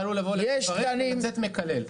אתה עלול לבוא מברך ולצאת מקלל.